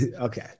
Okay